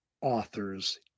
author's